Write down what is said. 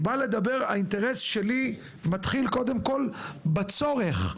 האינטרס שלי מתחיל קודם כול בצורך.